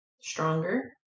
stronger